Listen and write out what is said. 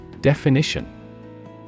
Definition